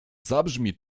zabrzmi